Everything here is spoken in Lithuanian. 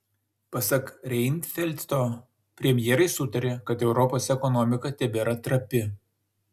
pasak reinfeldto premjerai sutarė kad europos ekonomika tebėra trapi